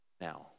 Now